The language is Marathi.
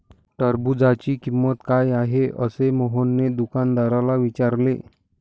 टरबूजाची किंमत काय आहे असे मोहनने दुकानदाराला विचारले?